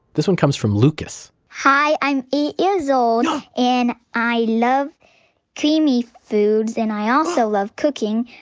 this one comes from lucas hi, i'm eight years old and i love creamy foods and i also love cooking,